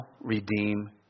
redeem